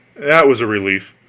that was a relief.